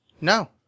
No